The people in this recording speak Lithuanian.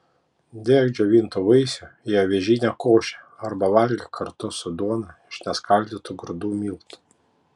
dėk džiovintų vaisių į avižinę košę arba valgyk kartu su duona iš neskaldytų grūdų miltų